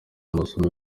amasomo